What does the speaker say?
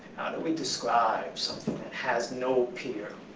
do we describe something that has no peer?